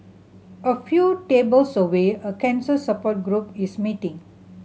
a few tables away a cancer support group is meeting